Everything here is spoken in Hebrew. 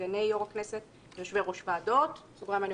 סגני יושב-ראש הכנסת ויושבי- ראש ועדות הכנסת,